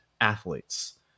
athletes